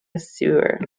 server